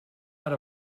out